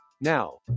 now